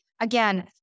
again